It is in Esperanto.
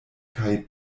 kaj